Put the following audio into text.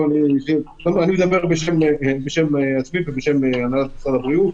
אני מדבר בשם עצמי ובשם הנהלת משרד הבריאות.